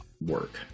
work